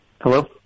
hello